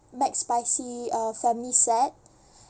McSpicy uh family set